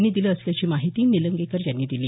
यांनी दिलं असल्याची माहिती निलंगेकर यांनी दिली